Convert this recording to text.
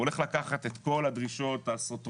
הוא הולך לקחת את כל הדרישות הסותרות,